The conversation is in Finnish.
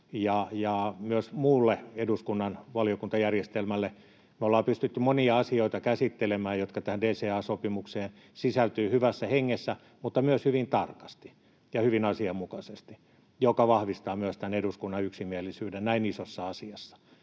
myös muulle eduskunnan valiokuntajärjestelmälle. Me ollaan pystytty käsittelemään monia asioita, jotka tähän DCA-sopimukseen sisältyvät, hyvässä hengessä mutta myös hyvin tarkasti ja hyvin asianmukaisesti, minkä vahvistaa myös tämä eduskunnan yksimielisyys näin isossa asiassa.